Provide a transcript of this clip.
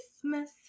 Christmas